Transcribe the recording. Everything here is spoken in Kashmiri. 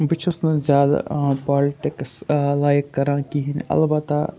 بہٕ چھُس نہٕ زیادٕ پالٹِکٕس لایک کَران کِہیٖنۍ نہٕ البتہ